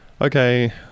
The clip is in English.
okay